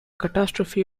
catastrophe